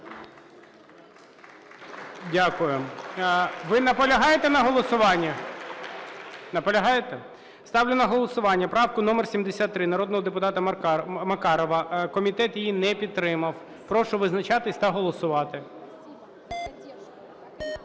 Дякую. Ви наполягаєте на голосуванні? Наполягаєте? Ставлю на голосування правку номер 73 народного депутата Макарова, комітет її не підтримав. Прошу визначатися та голосувати.